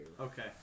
Okay